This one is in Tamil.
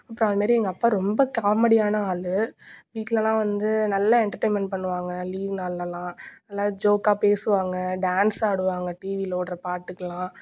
அப்புறோம் அதுமாரி எங்கள் அப்பா ரொம்ப காமெடியான ஆளு வீட்லெலாம் வந்து நல்லா என்டர்டெயின்மண்ட் பண்ணுவாங்க லீவ் நாளெலாம் நல்ல ஜோக்காக பேசுவாங்க டான்ஸ் ஆடுவாங்க டிவியில் ஓடுற பாட்டுக்கெலாம்